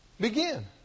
begin